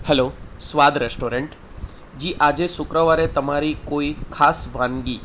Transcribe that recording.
hello Swad restaurant ji આજે શુક્રવારે તમારી કોઈ ખાસ વાનગી